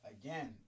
again